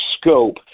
scope